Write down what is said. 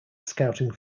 scouting